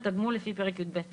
תגמול לפי פרק י"ב לחוק.